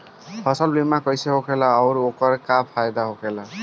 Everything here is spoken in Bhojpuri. फसल बीमा कइसे होखेला आऊर ओकर का फाइदा होखेला?